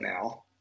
now